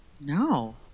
No